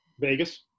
Vegas